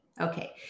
Okay